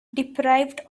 deprived